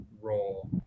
role